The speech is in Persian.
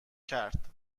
کرد